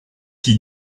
qui